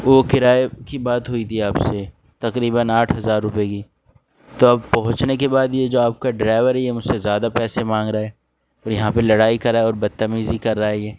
وہ کرایہ کی بات ہوئی تھی آپ سے تقریباً آٹھ ہزار روپئے کی تو اب پہنچنے کے بعد یہ جو آپ کا ڈرائیور ہے یہ مجھ سے زیادہ پیسے مانگ رہا ہے اور یہاں پہ لڑائی کرا اور بدتمیزی کر رہا ہے یہ